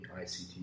ICT